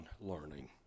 learning